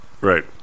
right